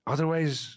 Otherwise